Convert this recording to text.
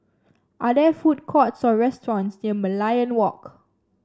are there food courts or restaurants near Merlion Walk